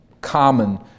common